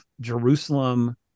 Jerusalem